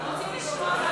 אנחנו רוצים לשמוע,